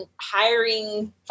Hiring